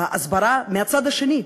ההסברה, מהצד השני?